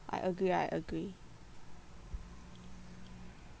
I agree I agree